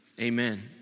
Amen